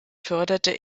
förderte